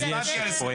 זאת השאלה.